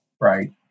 right